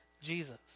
Jesus